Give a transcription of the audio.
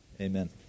Amen